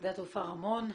שדה התעופה רמון.